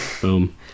boom